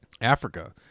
africa